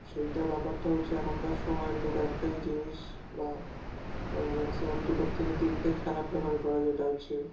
সেইটা ব্যাপারটা হচ্ছে এখনকার সময়ের লোক একটাই জিনিস বা ম্যাক্সিমাম দুটোর থেকে তিনটে খেলা প্রেফার করে যেটা হচ্ছে